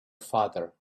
father